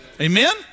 Amen